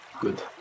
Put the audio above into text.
Good